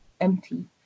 empty